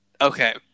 Okay